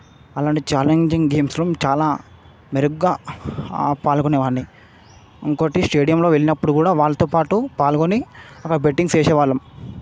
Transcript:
అలాంటి ఛాలెంజింగ్ గేమ్స్లో చాలా మెరుగ్గా పాల్గొనేవాడ్ని ఇంకోటి స్టేడియంలో వెళ్ళినప్పుడు కూడా వాళ్ళతో పాటు పాల్గొని అక్కడ బెట్టింగ్స్ వేసేవాళ్ళం